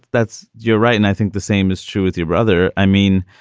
that's you're right. and i think the same is true with your brother. i mean,